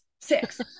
six